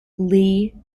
lee